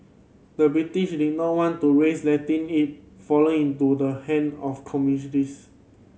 the British did not want to risk letting it fall into the hand of